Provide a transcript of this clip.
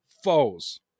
foes